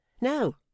No